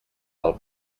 del